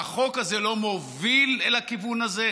והחוק הזה לא מוביל אל הכיוון הזה.